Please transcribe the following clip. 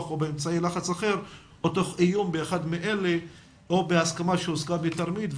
או באמצעי לחץ אחר או תוך איום באחד מאלה או בהסכמה שהושגה בתרמית,